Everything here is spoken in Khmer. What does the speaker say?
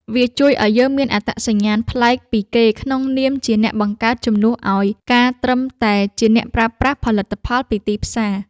វាជួយឱ្យយើងមានអត្តសញ្ញាណប្លែកពីគេក្នុងនាមជា អ្នកបង្កើត ជំនួសឱ្យការត្រឹមតែជា អ្នកប្រើប្រាស់ ផលិតផលពីទីផ្សារ។